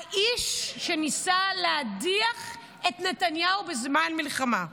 "האיש שניסה להדיח את נתניהו בזמן מלחמה"